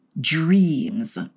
dreams